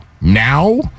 now